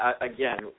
again